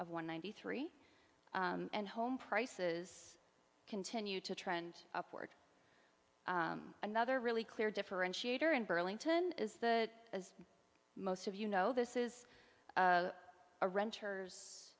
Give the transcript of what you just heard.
of one ninety three and home prices continue to trend upward another really clear differentiator in burlington is that as most of you know this is a renters